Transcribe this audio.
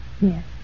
Yes